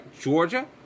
Georgia